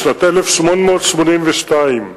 בשנת 1882,